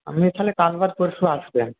আপনি তাহলে কাল বাদ পরশু আসবেন